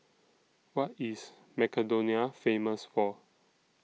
What IS Macedonia Famous For